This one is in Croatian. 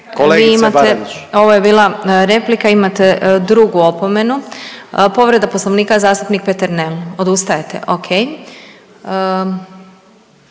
ovo je bila replika, imate drugu opomenu. Povreda Poslovnika zastupnik Peternel. Odustajete?